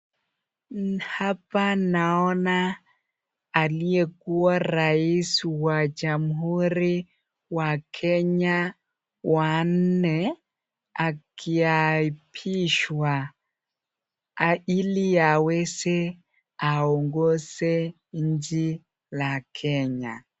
Hapa naona aliyekuwa rais wa jamhuri wa kenya wa nne akiapishwa, ili aweze aongeze nchi la kenya.